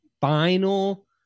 final